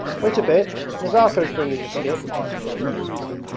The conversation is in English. wait a bit, nazarka is bringing the skiff shouted the corporal.